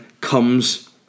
comes